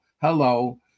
Hello